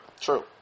true